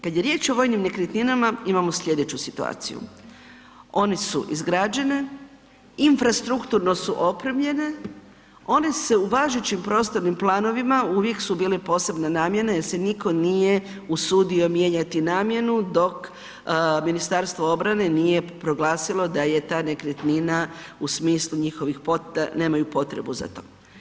Kada je riječ o vojnim nekretninama imamo sljedeću situaciju, one su izgrađene, infrastrukturno su opremljene, one se u važećim prostornim planovima uvijek su bili posebne namjene jer se nitko nije usudio mijenjati namjenu dok Ministarstvo obrane nije proglasilo da je ta nekretnina da nemaju potrebu za to.